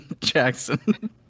Jackson